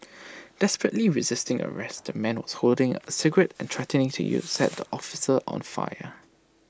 desperately resisting arrest the man was holding A cigarette and threatening to set the officers on fire